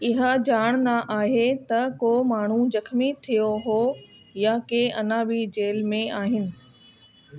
इहा ॼाण न आहे त को माण्हू जख़्मी थियो हो या के अञा बि जेल में आहिनि